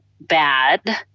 bad